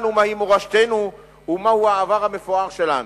מהי מורשתנו ומהו העבר המפואר שלנו.